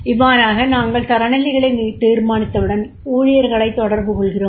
இவ்வாறாக நாங்கள் தரங்களை தீர்மானித்தவுடன் ஊழியர்களைத் தொடர்புகொள்கிறோம்